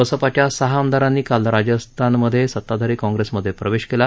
बसपाच्या सहा आमदारांनी काल राजस्थांमधे सत्ताधारी काँग्रेसमधे प्रवेश केला